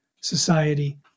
society